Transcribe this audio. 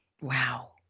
Wow